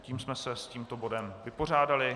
Tím jsme se s tímto bodem vypořádali.